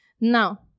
Now